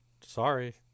Sorry